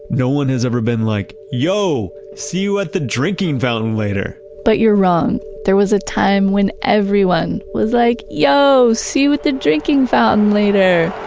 no one has ever been like, yo, see you at the drinking fountain later. but you're wrong. there was a time when everyone was like, yo, see you at the drinking fountain later.